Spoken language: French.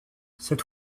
cet